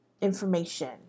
information